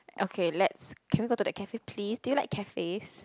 okay let's can we go to the cafe please do you like cafes